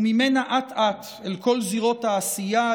וממנה אט-אט אל כל זירות העשייה,